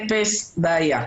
בעיה.